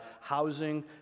housing